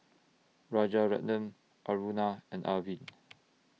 Rajaratnam Aruna and Arvind